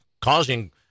causing